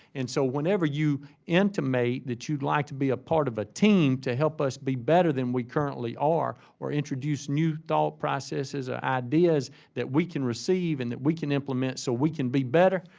and so whenever you intimate that you'd like to be a part of a team to help us be better than we currently are or introduce new thought processes or ideas that we can receive and that we can implement so we can be better,